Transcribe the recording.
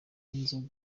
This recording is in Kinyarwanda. n’inzozi